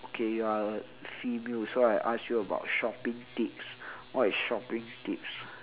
K you are a female so I ask you about shopping tips what is shopping tips